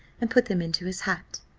and put them into his hat.